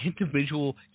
individual